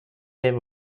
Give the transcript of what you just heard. him